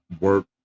work